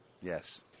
yes